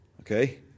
Okay